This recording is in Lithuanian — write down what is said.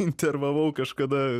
intervavau kažkada